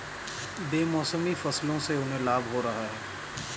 बेमौसमी फसलों से उन्हें लाभ हो रहा है